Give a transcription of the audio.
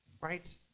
right